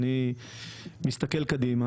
אני מסתכל קדימה,